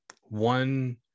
one